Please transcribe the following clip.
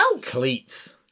cleats